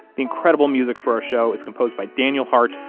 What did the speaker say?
the incredible music for our show is composed by daniel hart,